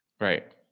right